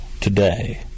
today